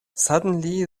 suddenly